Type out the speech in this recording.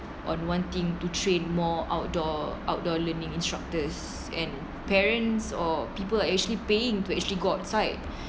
on wanting to train more outdoor outdoor learning instructors and parents or people are actually paying to actually go outside